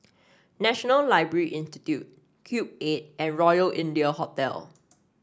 National Library Institute Cube Eight and Royal India Hotel